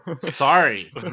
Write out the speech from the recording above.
sorry